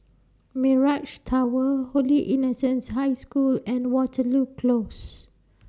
Mirage Tower Holy Innocents' High School and Waterloo Close